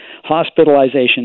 hospitalization